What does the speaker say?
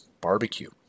Barbecue